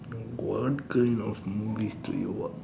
what kind of movies do you watch